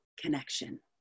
connection